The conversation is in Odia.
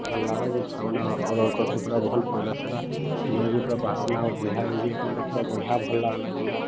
ଭଲ ଲାଗଲା ଯେନ୍ ସାବୁନଟା ଅର୍ଡ଼ର କରିଥିଲି ପୁରା ଭଲ ପଡ଼ିଲା ସେଟା ନିକି ପୁରା ବାସ୍ନା ବଢ଼ିଆଁ ଦେଖିକି ମୋତେ ପୁରା ବଢ଼ିଆଁ ଭଲ ଲାଗ୍ଲା ସେନ୍ଟା